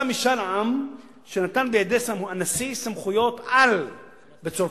משאל עם שנתן בידי הנשיא סמכויות-על בצרפת.